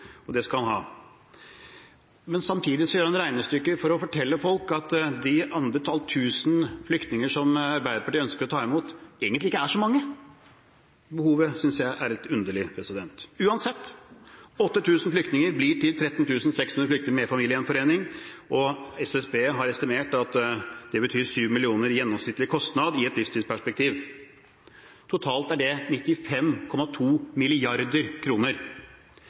det skal han ha. Men samtidig gjør han regnestykker for å fortelle folk at det antall tusen flyktninger som Arbeiderpartiet ønsker å ta imot, egentlig ikke er så mange, og det synes jeg er litt underlig. Uansett: 8 000 flyktninger blir til 13 600 flyktninger med familiegjenforening, og SSB har estimert at det betyr 7 mill. kr gjennomsnittlig i kostnader i et livstidsperspektiv. Totalt er det 95,2